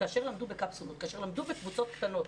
כאשר למדו בקפסולות, כאשר למדו בקבוצות קטנות.